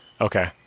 Okay